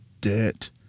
debt